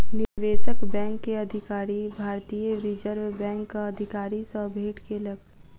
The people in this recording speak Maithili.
निवेशक बैंक के अधिकारी, भारतीय रिज़र्व बैंकक अधिकारी सॅ भेट केलक